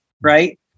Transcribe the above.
right